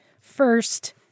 first